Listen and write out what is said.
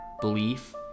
belief